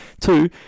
two